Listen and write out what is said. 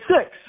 six